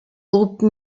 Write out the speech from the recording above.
groupe